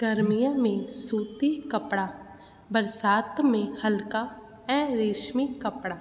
गर्मीअ में सूती कपिड़ा बरसाति में हलिका ऐं रेश्मी कपिड़ा